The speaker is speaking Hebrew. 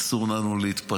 אסור לנו להתפתות.